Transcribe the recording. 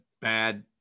bad